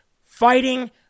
Fighting